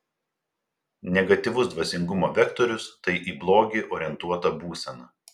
negatyvus dvasingumo vektorius tai į blogį orientuota būsena